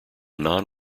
non